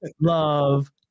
love